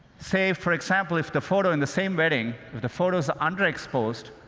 say, for example, if the photo in the same wedding if the photos are underexposed,